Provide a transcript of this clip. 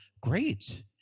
Great